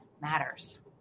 matters